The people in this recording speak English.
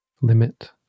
limit